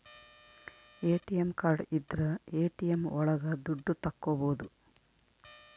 ATM card ಇದ್ರ ATM ಒಳಗ ದುಡ್ಡು ತಕ್ಕೋಬೋದು